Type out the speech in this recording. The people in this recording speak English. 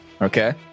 okay